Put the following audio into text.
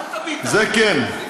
נבהלת, ביטן?